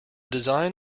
design